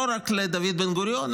לא רק לדוד בן-גוריון,